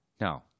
No